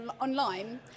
online